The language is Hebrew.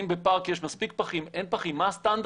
האם בפארק יש מספיק פחים, אין פחים?